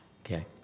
okay